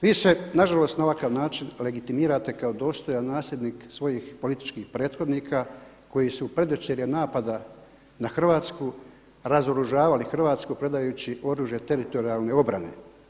Vi se nažalost na ovakav način legitimirate kao dostojan nasljednik svojih političkih prethodnika koji su … napada na Hrvatsku, razoružavali Hrvatsku predajući oružje teritorijalne obrane.